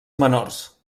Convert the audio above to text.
menors